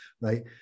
right